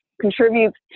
contributes